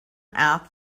asked